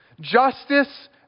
Justice